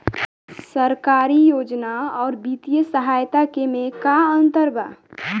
सरकारी योजना आउर वित्तीय सहायता के में का अंतर बा?